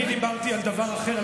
אני דיברתי על דבר אחר,